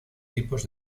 tipos